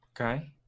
Okay